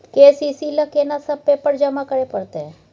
KCC ल केना सब पेपर जमा करै परतै?